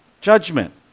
judgment